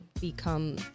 become